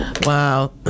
Wow